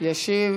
ישיב